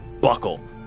buckle